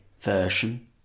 version